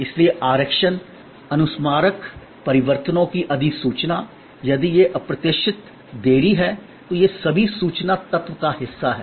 इसलिए आरक्षण अनुस्मारक परिवर्तनों की अधिसूचना यदि ये अप्रत्याशित देरी हैं तो ये सभी सूचना तत्व का हिस्सा हैं